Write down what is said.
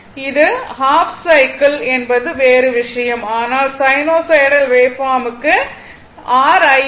இது half cycle என்பது வேறு விஷயம் ஆனால் சைனூசாய்டல் வேவ்பார்ம்க்கு r Im 1